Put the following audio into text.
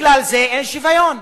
בגלל זה אין שוויון.